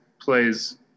plays